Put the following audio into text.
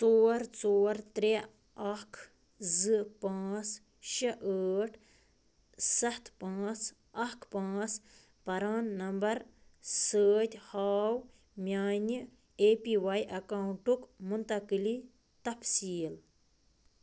ژور ژور ترٛےٚ اَکھ زٕ پانٛژھ شےٚ ٲٹھ سَتھ پانٛژھ اَکھ پانٛژھ پران نمبر سۭتۍ ہاو میٛانہِ اے پی واے اٮ۪کاؤنٛٹُک منتقلی تفصیٖل